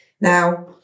Now